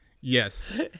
Yes